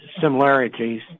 similarities